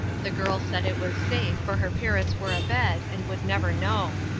the girl said it was safe, for her parents were abed, and would never know.